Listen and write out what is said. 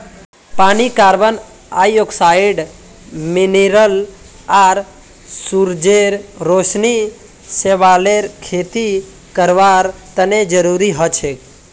पानी carbon dioxide mineral आर सूरजेर रोशनी शैवालेर खेती करवार तने जरुरी हछेक